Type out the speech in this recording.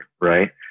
Right